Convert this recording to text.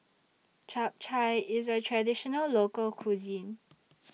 Chap Chai IS A Traditional Local Cuisine